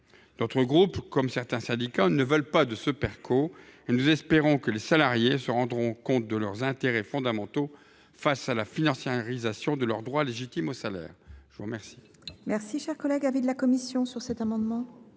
notre groupe, comme certains syndicats, ne veut pas de ce Pereco. Nous espérons que les salariés prendront conscience de leurs intérêts fondamentaux face à la financiarisation de leur droit légitime au salaire. Quel